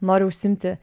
nori užsiimti